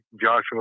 Joshua